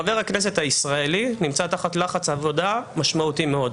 חבר הכנסת הישראלי נמצא תחת לחץ עבודה משמעותי מאוד.